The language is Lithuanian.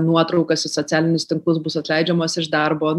nuotraukas į socialinius tinklus bus atleidžiamos iš darbo